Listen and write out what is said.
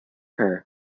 her